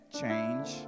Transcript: change